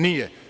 Nije.